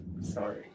Sorry